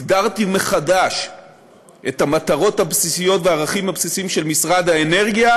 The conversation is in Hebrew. הגדרתי מחדש את המטרות הבסיסיות והערכים הבסיסיים של משרד האנרגיה